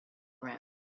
ground